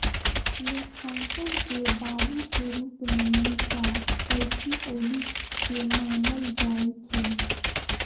लेखांकन के बाबू के रूप में लुका पैसिओली के मानल जाइ छइ